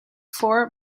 four